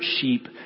sheep